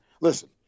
listen